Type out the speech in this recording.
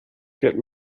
get